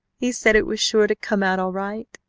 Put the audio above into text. he said it was sure to come out all right,